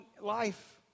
Life